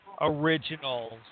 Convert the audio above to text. originals